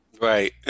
Right